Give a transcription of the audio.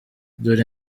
dore